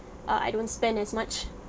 uh I don't spend as much